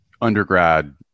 undergrad